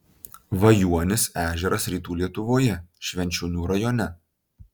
vajuonis ežeras rytų lietuvoje švenčionių rajone